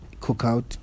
cookout